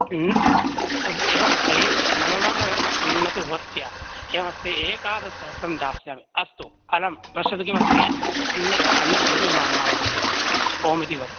अस्तु एवमस्ति न मम न न तु भवत्याः एवमस्ति एकादशसहस्रं दास्यामि अस्तु अलं पश्यतु किमस्ति अन्यत् अन्यत्किमपि मा मा वदतु ओमिति वदतु